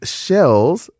shells